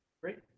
Great